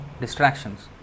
distractions